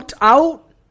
out